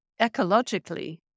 ecologically